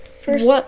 first